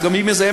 שגם היא מזהמת,